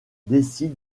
décide